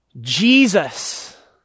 Jesus